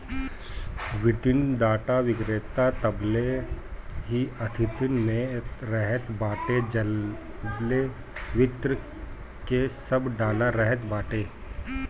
वित्तीय डाटा विक्रेता तबले ही अस्तित्व में रहत बाटे जबले वित्त के सब डाला रहत बाटे